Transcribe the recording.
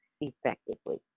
effectively